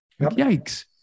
Yikes